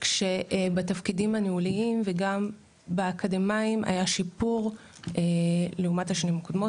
כשבתפקידים הניהוליים וכן באקדמאיים היה שיפור לעומת השנים הקודמות,